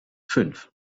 fünf